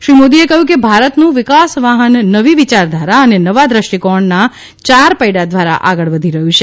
શ્રી મોદીએ કહ્યું કે ભારતનું વિકાસવાહન નવી વિચારધારા અને નવા દ્રષ્ટિકોણના ચાર પૈડા દ્વારા આગળ વધી રહ્યું છે